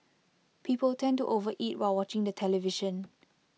people tend to overeat while watching the television